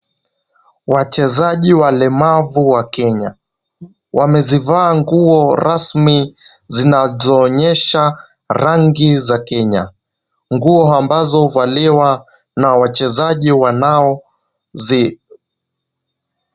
Wachezaji walemavu wa Kenya wamezivaa nguo rasmi zinazoonyesha rangi za Kenya. Nguo ambazo huvaliwa na wachezaji wanaozi.